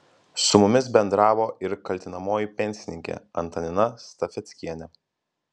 su mumis bendravo ir kaltinamoji pensininkė antanina stafeckienė